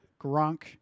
Gronk